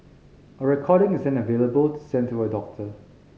a recording is then available to send to a doctor